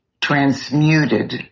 transmuted